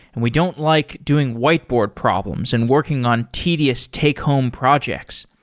and we don't like doing whiteboard problems and working on tedious take home projects.